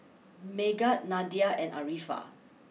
Megat Nadia and Arifa